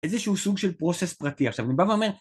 איזה שהוא סוג של פרוסס פרטי. עכשיו אני בא ואומר...